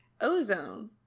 Ozone